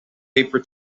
paper